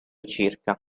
circa